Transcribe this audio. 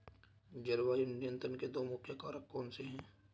जलवायु नियंत्रण के दो प्रमुख कारक कौन से हैं?